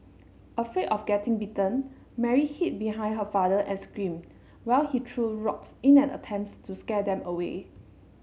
afraid of getting bitten Mary hid behind her father and screamed while he threw rocks in an attempt to scare them away